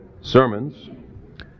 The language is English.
sermons